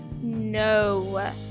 no